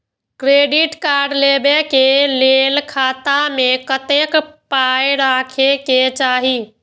Credit card लेबै के लेल खाता मे कतेक पाय राखै के चाही?